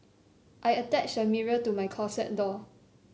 I attached a mirror to my closet door